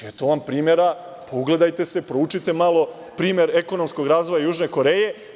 Eto vam primera, pa se ugledajte, proučite malo primer ekonomskog razvoja Južne Koreje.